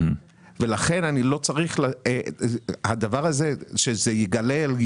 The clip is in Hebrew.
לכן הדבר הזה שהוא יגולגל,